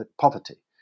poverty